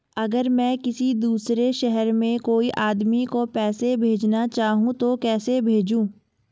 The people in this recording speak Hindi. अगर मैं किसी दूसरे शहर में कोई आदमी को पैसे भेजना चाहूँ तो कैसे भेजूँ?